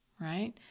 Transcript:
right